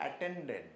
attended